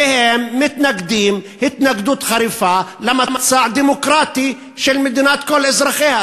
והם מתנגדים התנגדות חריפה למצע הדמוקרטי של מדינת כל אזרחיה.